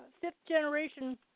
fifth-generation